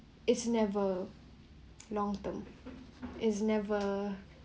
it's never long term is never